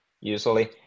usually